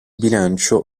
bilancio